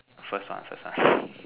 first one first one